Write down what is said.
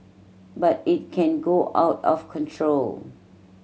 but it can go out of control